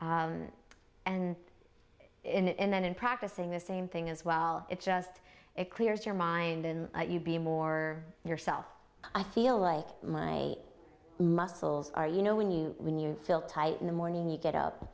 and in then in practicing the same thing as well it just it clears your mind and you'd be more yourself i feel like my muscles are you know when you when you feel tight in the morning you get up